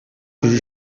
rue